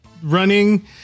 running